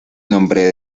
nombre